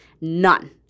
None